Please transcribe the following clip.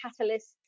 catalyst